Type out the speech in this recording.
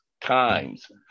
times